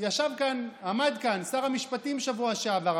עמד כאן שר המשפטים בשבוע שעבר.